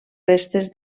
restes